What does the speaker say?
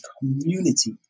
community